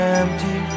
empty